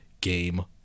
game